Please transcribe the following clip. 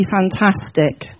fantastic